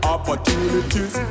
Opportunities